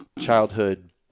childhood